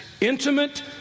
intimate